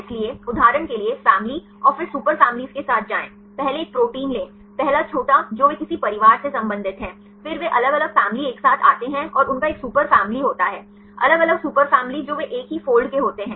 इसलिए उदाहरण के लिए फॅमिली और फिर सुपरफैमिलीज़ के साथ जाएं पहले एक प्रोटीन लें पहला छोटा जो वे किसी परिवार से संबंधित हैं फिर वे अलग अलग फॅमिली एक साथ आते हैं और उनका एक सुपर फैमिली होता है अलग अलग सुपर फैमिली जो वे एक ही फोल्ड के होते हैं